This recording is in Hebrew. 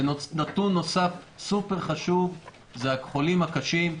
ונתון נוסף סופר-חשוב זה החולים הקשים,